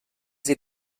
sie